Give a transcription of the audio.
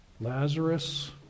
Lazarus